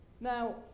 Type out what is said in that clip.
Now